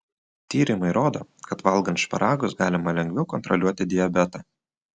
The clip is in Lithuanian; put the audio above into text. tyrimai rodo kad valgant šparagus galima lengviau kontroliuoti diabetą